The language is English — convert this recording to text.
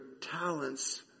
talents